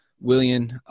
William